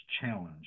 challenge